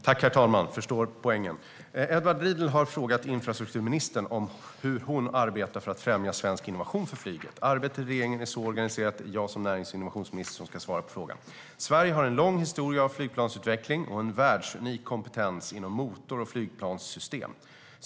Herr talman! Edward Riedl har frågat infrastrukturministern om hur hon arbetar för att främja svensk innovation för flyget. Arbetet i regeringen är så organiserat att det är jag som närings och innovationsminister som ska svara på frågan. Sverige har en lång historia av flygplansutveckling och en världsunik kompetens inom motor och flygplanssystem.